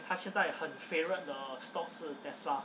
他现在很 favourite stocks tesla